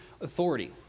authority